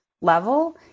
level